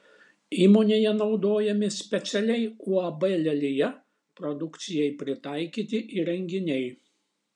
įmonėje naudojami specialiai uab lelija produkcijai pritaikyti įrenginiai